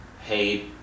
hate